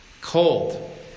cold